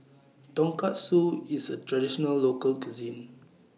Tonkatsu IS A Traditional Local Cuisine